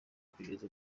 kugeza